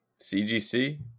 CGC